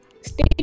stay